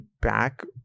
back